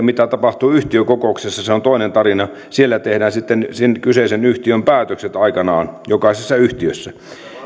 mitä tapahtuu yhtiökokouksessa se on sitten toinen tarina siellä tehdään sitten sen kyseisen yhtiön päätökset aikanaan jokaisessa yhtiössä